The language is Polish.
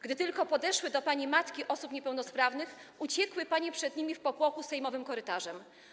Gdy tylko podeszły do pani matki osób niepełnosprawnych, uciekły panie przed nimi w popłochu sejmowym korytarzem.